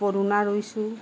পদুনা ৰুইছোঁ